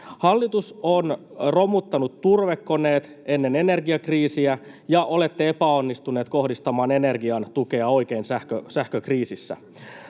Hallitus on romuttanut turvekoneet ennen energiakriisiä, ja olette epäonnistuneet kohdistamaan energian tukea oikein sähkökriisissä.